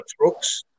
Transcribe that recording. trucks